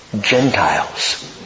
Gentiles